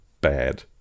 Bad